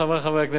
זאב אלקין,